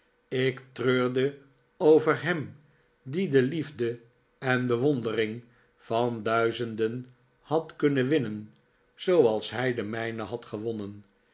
ik treurde over hem die de liefde en bewondering van duizenden had kunnen winnen zooals hij de mijne had gewonnen